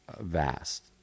vast